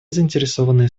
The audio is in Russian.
заинтересованные